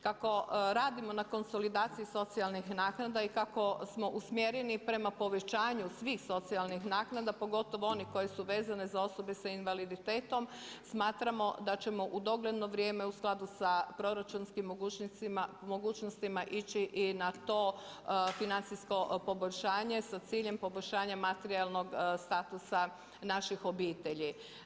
Kako radimo na konsolidaciji socijalnih naknada i kako smo usmjereni prema povećanju svih socijalnih naknada, pogotovo one koje su vezane za osobe sa invaliditetom smatramo da ćemo u dogledno vrijeme u skladu sa proračunskim mogućnostima ići i na to financijsko poboljšanje sa ciljem poboljšanja materijalnog statusa naših obitelji.